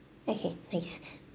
okay nice